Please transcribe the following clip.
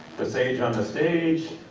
the sage on the stage,